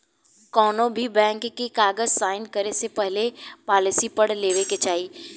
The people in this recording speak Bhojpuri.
कौनोभी बैंक के कागज़ साइन करे से पहले पॉलिसी पढ़ लेवे के चाही